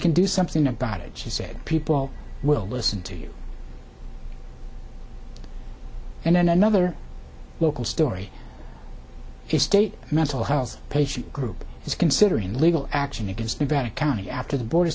can do something about it she said people will listen to you and then another local story state mental health patients group is considering legal action against nevada county after the board